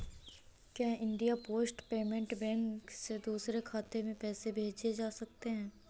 क्या India post payment bank से दूसरे खाते में पैसे भेजे जा सकते हैं?